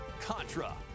contra